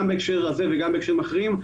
גם בהקשר הזה וגם בהקשרים אחרים,